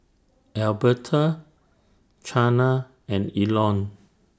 Alberta Chana and Elon